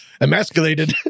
emasculated